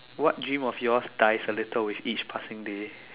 what dream of yours dies a little with each passing day